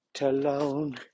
alone